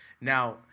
Now